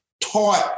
taught